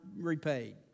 repaid